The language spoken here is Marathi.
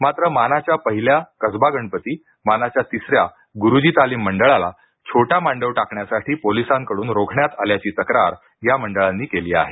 मात्र मानाच्या पहिला कसबा गणपती मानाच्या तिस या गुरूजी तालीम मंडळाला छोटा मांडव टाकण्यासाठी पोलिसांकडून रोखण्यात आल्याची तक्रार या मंडळानी केली आहे